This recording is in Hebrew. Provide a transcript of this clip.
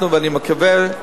אני מקווה,